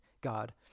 God